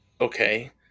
Okay